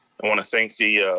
i wanna thank the yeah